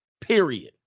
period